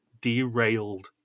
derailed